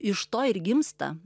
iš to ir gimsta